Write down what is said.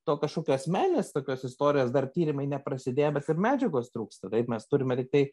to kažkokio asmeninės tokios istorijos dar tyrimai neprasidėjo bet ir medžiagos trūksta taip mes turime tiktai